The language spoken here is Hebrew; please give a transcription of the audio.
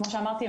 כמו שאמרתי,